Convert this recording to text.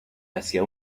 hacia